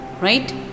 right